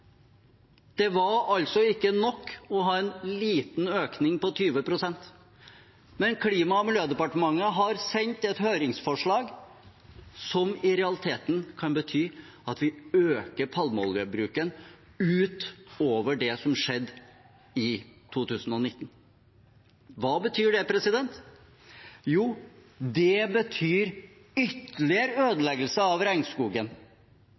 Det var altså ikke nok å ha en liten økning på 20 pst. Klima- og miljødepartementet har sendt et høringsforslag som i realiteten kan bety at vi øker palmeoljebruken utover det som skjedde i 2019. Hva betyr det? Jo, det betyr ytterligere ødeleggelse av regnskogen.